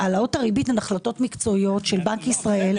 העללות הריבית הן החלטות מקצועיות של בנק ישראל,